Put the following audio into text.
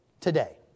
today